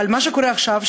אבל מה שקורה עכשיו,